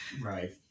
Right